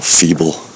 feeble